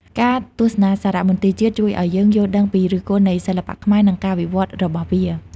ការទស្សនាសារមន្ទីរជាតិជួយឲ្យយើងយល់ដឹងពីឫសគល់នៃសិល្បៈខ្មែរ និងការវិវត្តន៍របស់វា។